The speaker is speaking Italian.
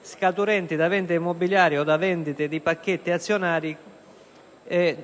scaturenti da vendite immobiliari o da vendite di pacchetti azionari, invece,